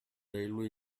railway